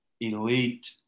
elite